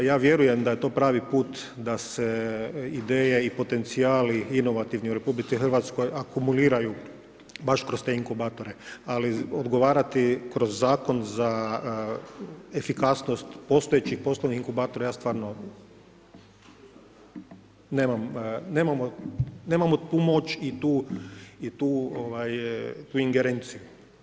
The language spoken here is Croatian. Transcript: Ja vjerujem da je to pravi put da se ideja i potencijali inovativni u RH akumuliraju baš kroz te inkubatore, ali odgovarati kroz zakon za efikasnost postojećih poslovnih inkubatora, ja stvarno nemamo tu moć i tu ingerenciju.